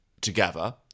together